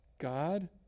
God